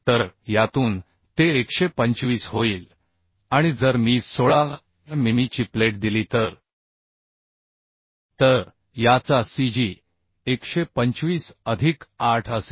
तर यातून ते 125 होईल आणि जर मी 16 मिमी ची प्लेट दिली तर तर याचा Cg 125 अधिक 8 असेल